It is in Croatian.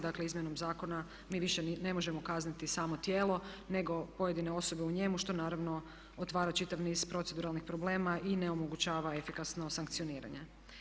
Dakle, izmjenom zakona mi više ne možemo kazniti samo tijelo nego pojedine osobe u njemu što naravno otvara čitav niz proceduralnih problema i ne omogućava efikasno sankcioniranje.